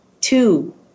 two